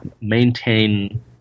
maintain